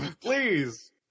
Please